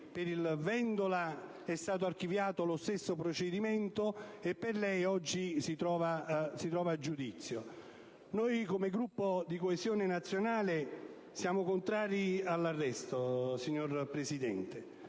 Vendola è stato archiviato lo stesso procedimento mentre lei oggi si trova sottoposto a giudizio. Come Gruppo di Coesione Nazionale siamo contrari all'arresto, signor Presidente.